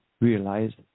realized